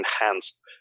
enhanced